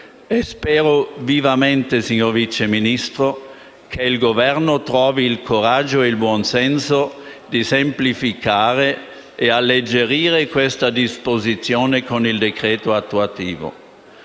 spero vivamente, signor Vice Ministro, che il Governo trovi il coraggio e il buon senso di semplificare e alleggerire questa disposizione con il decreto attuativo.